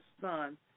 son